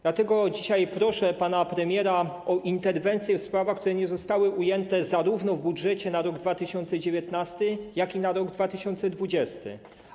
Dlatego dzisiaj proszę pana premiera o interwencję w sprawach, które nie zostały ujęte w budżecie zarówno na rok 2019, jak i na rok 2020.